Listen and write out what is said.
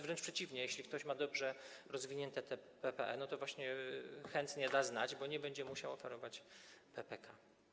Wręcz przeciwnie, jeśli ktoś ma dobrze rozwinięte PPE, to właśnie chętnie da znać, bo nie będzie musiał operować PPK.